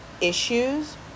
issues